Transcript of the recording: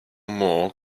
more